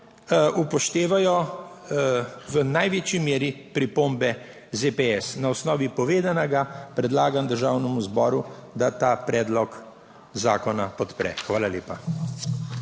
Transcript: upoštevajo v največji meri pripombe ZPS. Na osnovi povedanega predlagam Državnemu zboru, da ta predlog zakona podpre. Hvala lepa.